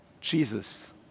Jesus